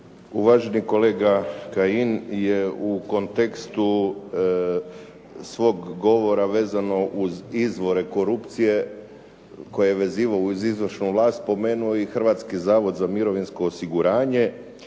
Uvaženi kolega Kajin je u kontekstu svog govora vezano uz izvore korupcije koje je vezivao uz izvršnu vlast spomenuo i Hrvatski zavod za mirovinsko osiguranje